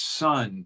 son